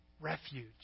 refuge